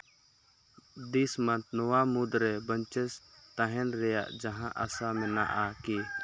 ᱫᱤᱥ ᱢᱟᱱᱛᱷ ᱱᱚᱣᱟ ᱢᱩᱫᱽ ᱨᱮ ᱵᱟᱹᱧᱪᱟᱹᱥ ᱛᱟᱦᱮᱱ ᱨᱮᱭᱟᱜ ᱡᱟᱦᱟᱸ ᱟᱥᱟ ᱢᱮᱱᱟᱜᱼᱟ ᱠᱤ